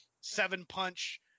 seven-punch